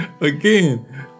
Again